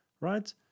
right